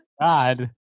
God